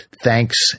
thanks